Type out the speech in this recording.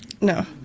No